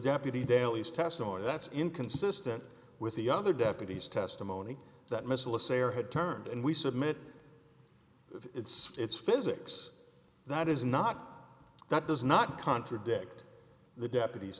deputy daley's test or that's inconsistent with the other deputies testimony that missile a say or had turned and we submit it's it's physics that is not that does not contradict the deput